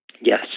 yes